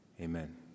Amen